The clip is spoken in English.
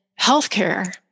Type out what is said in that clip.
healthcare